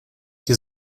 die